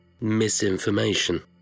Misinformation